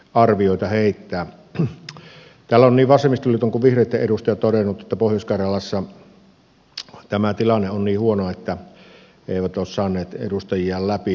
täällä on niin vasemmistoliiton kuin vihreitten edustajat todenneet että pohjois karjalassa tämä tilanne on niin huono että he eivät ole saaneet edustajia läpi